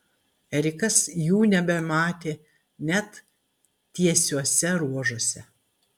erikas jų nebematė net tiesiuose ruožuose